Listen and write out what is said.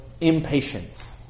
impatience